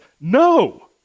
no